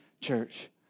church